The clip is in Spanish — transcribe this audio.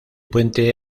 puente